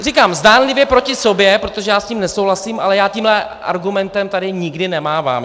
Říkám, zdánlivě proti sobě, protože já s tím nesouhlasím, ale já tímhle argumentem tady nikdy nemávám.